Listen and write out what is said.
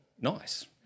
nice